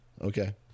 Okay